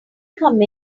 come